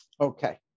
okay